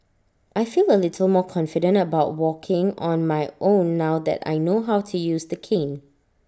I feel A little more confident about walking on my own now that I know how to use the cane